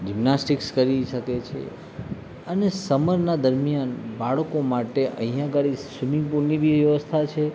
gymnastics કરી શકે છે અને સમરના દરમિયાન બાળકો માટે અહીંયા આગળ સ્વિમિંગપુલની બી વ્યવસ્થા છે